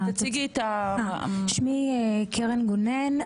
שמי קרן גונן,